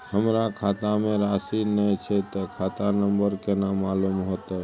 हमरा खाता में राशि ने छै ते खाता नंबर केना मालूम होते?